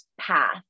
path